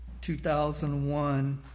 2001